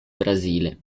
brasile